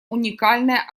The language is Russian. уникальная